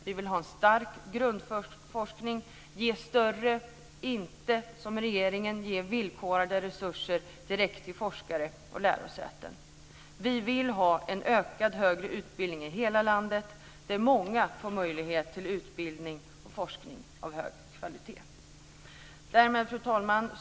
Vi vill ha en stark grundforskning, ge större, inte som regeringen villkorade, resurser direkt till forskare och lärosäten. Vi vill ha en ökad högre utbildning i hela landet, där många får möjlighet till utbildning och forskning av hög kvalitet. Fru talman!